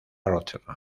rotterdam